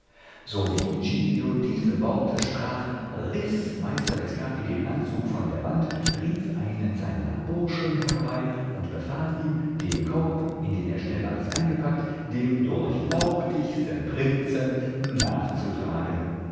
giglio diese worte sprach riß meister bescapi den anzug von der wand rief einen seiner burschen herbei und befahl ihm den korb in den er schnell alles eingepackt dem durchlauchtigsten prinzen nachzutragen